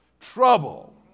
trouble